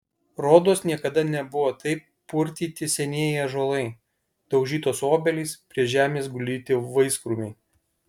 rodos niekada nebuvo taip purtyti senieji ąžuolai daužytos obelys prie žemės guldyti vaiskrūmiai